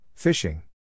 Fishing